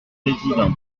président